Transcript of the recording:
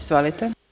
Izvolite.